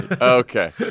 Okay